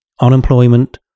unemployment